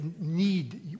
need